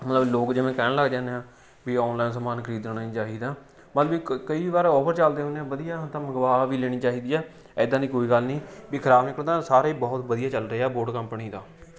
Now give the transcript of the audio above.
ਮਤਲਬ ਲੋਕ ਜਿਵੇਂ ਕਹਿਣ ਲੱਗ ਜਾਂਦੇ ਆ ਵੀ ਔਨਲਾਈਨ ਸਮਾਨ ਖਰੀਦਣਾ ਹੀ ਨਹੀਂ ਚਾਹੀਦਾ ਮਤਲਬ ਕਈ ਵਾਰ ਔਫਰ ਚੱਲਦੇ ਹੁੰਦੇ ਆ ਵਧੀਆ ਤਾਂ ਮੰਗਵਾ ਵੀ ਲੈਣੀ ਚਾਹੀਦੀ ਆ ਇੱਦਾਂ ਦੀ ਕੋਈ ਗੱਲ ਨਹੀਂ ਵੀ ਖਰਾਬ ਨਿਕਲਦਾ ਸਾਰੇ ਬਹੁਤ ਵਧੀਆ ਚੱਲ ਰਿਹਾ ਬੋਡ ਕੰਪਨੀ ਦਾ